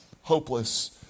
hopeless